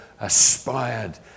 aspired